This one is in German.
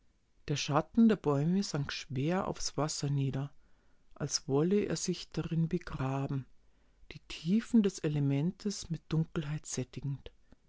der schatten der bäume sank schwer aufs wasser nieder als wolle er sich darin begraben die tiefen des elementes mit dunkelheit sättigend